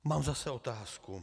Mám zase otázku.